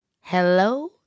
Hello